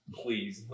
please